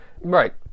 Right